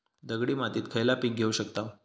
दगडी मातीत खयला पीक घेव शकताव?